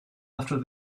after